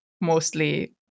mostly